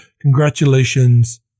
Congratulations